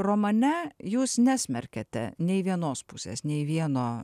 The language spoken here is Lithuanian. romane jūs nesmerkiate nei vienos pusės nei vieno